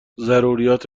ضروریات